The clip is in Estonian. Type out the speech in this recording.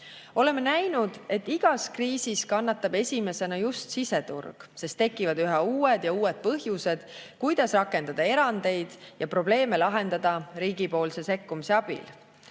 Oleme näinud, et igas kriisis kannatab esimesena just siseturg, sest tekivad üha uued ja uued põhjused, kuidas rakendada erandeid ja probleeme lahendada riigi sekkumise abil.